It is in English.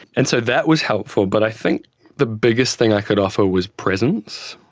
and so that was helpful. but i think the biggest thing i could offer was presence.